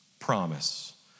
promise